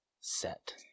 set